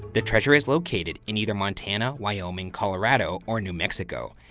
the treasure is located in either montana, wyoming, colorado or new mexico,